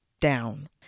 down